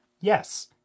Yes